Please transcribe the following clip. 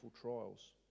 trials